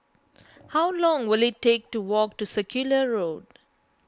how long will it take to walk to Circular Road